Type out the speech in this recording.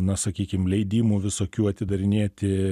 na sakykim leidimų visokių atidarinėti